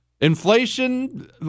Inflation